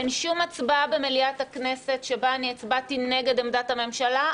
אין שום הצבעה במליאת הכנסת שבה אני הצבעתי נגד עמדת הממשלה.